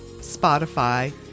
Spotify